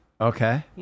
Okay